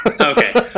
okay